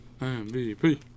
MVP